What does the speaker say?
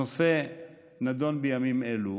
הנושא נדון בימים אלו